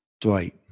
Dwight